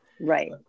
Right